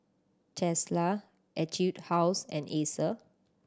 Tesla Etude House and Acer